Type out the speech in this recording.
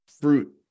fruit